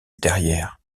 derrière